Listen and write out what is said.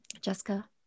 Jessica